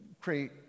create